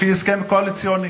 עברו לפי הסכם קואליציוני.